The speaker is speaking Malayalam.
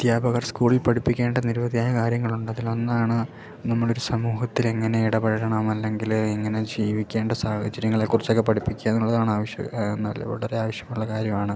അദ്ധ്യാപകർ സ്കൂളിൽ പഠിപ്പിക്കേണ്ട നിരവധിയായ കാര്യങ്ങളുണ്ട് അതിലൊന്നാണ് നമ്മളൊരു സമൂഹത്തിലെങ്ങനെ ഇടപഴകണം അല്ലെങ്കിൽ എങ്ങനെ ജീവിക്കേണ്ട സാഹചര്യങ്ങളെ കുറിച്ചൊക്കെ പഠിപ്പിക്കുകയെന്നുള്ളതാണാവശ്യം നല്ല വളരെ ആവശ്യമുള്ള കാര്യമാണ്